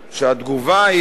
שהתגובה היא,